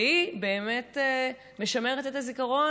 והיא באמת משמרת את הזיכרון,